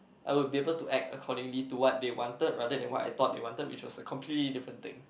I would be able to act accordingly to what they wanted rather than what I thought they wanted which is completely a different thing